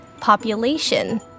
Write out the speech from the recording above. Population